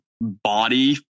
body